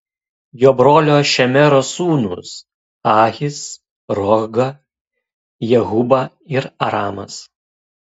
jo brolio šemero sūnūs ahis rohga jehuba ir aramas